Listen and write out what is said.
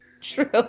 True